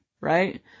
right